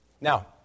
Now